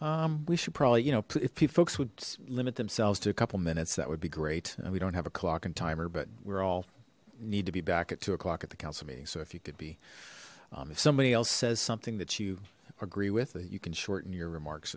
thinking we should probably you know if folks would limit themselves to a couple minutes that would be great and we don't have a clock and timer but we're all need to be back at two o'clock at the council meeting so if you could be if somebody else says something that you agree with you can shorten your remarks